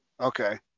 Okay